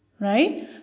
Right